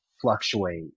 fluctuate